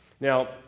Now